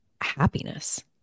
happiness